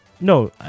no